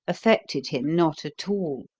affected him not at all.